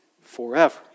forever